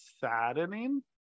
saddening